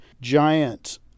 giant